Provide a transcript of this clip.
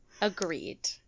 Agreed